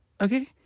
okay